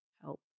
help